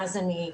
ואז אני,